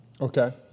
Okay